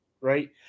right